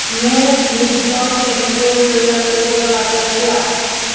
মোক মিটবল কেনেকৈ তৈয়াৰ কৰিব লাগে কোৱা